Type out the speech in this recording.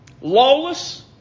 Lawless